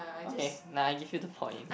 okay nah I give you the point